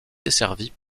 desservis